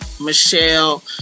michelle